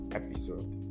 episode